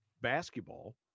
basketball